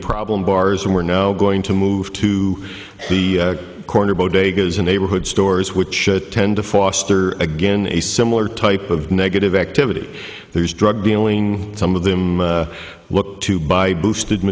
problem bars and we're now going to move to the corner bodega as a neighborhood stores which tend to foster again a similar type of negative activity there's drug dealing some of them look to buy boosted